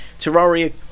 Terraria